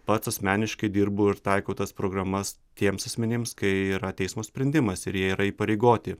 pats asmeniškai dirbu ir taikau tas programas tiems asmenims kai yra teismo sprendimas ir jie yra įpareigoti